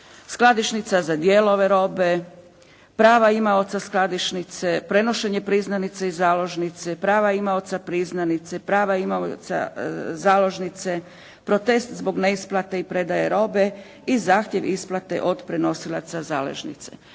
skladišnica za djelove robe, prava imaoca skladišnice, prenošenje priznanice i založnice, prava imaoca priznanice, prava imaoca založnice, protest zbog neisplate i predaje robe i zahtjev isplate od prenosioca zaležnice.